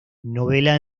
novela